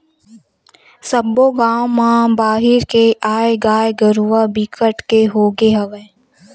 सब्बो गाँव म बाहिर के आए गाय गरूवा बिकट के होगे हवय